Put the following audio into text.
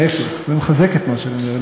ההפך, זה מחזק את מה שאני אומר.